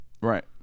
Right